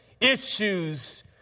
issues